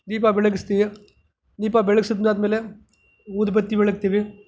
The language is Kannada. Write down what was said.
ದೀಪ ಬೆಳಗಿಸ್ತೀವಿ ದೀಪ ಬೆಳಗ್ಸಿದ್ದು ಆದ್ಮೇಲೆ ಊದುಬತ್ತಿ ಬೆಳಗ್ತೀವಿ